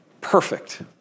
perfect